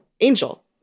Angel